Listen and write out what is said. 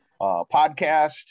Podcast